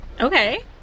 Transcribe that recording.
Okay